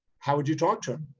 how would you talk to them?